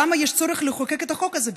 למה יש צורך לחוקק את החוק הזה בכלל?